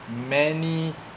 many